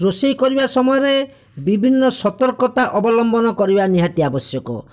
ରୋଷେଇ କରିବା ସମୟରେ ବିଭିନ୍ନ ସତର୍କତା ଅବଲମ୍ବନ କରିବା ନିହାତି ଆବଶ୍ୟକ